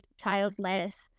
childless